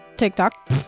TikTok